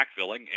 backfilling